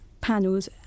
panels